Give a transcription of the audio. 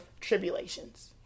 tribulations